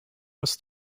was